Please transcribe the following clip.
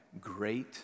great